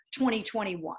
2021